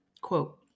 Quote